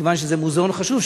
מכיוון שזה מוזיאון חשוב,